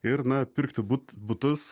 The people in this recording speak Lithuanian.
ir na pirkti but butus